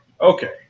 okay